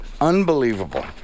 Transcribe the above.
Unbelievable